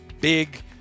Big